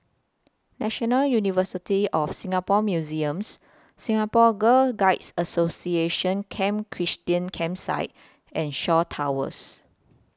National University of Singapore Museums Singapore Girl Guides Association Camp Christine Campsite and Shaw Towers